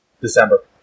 December